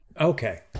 Okay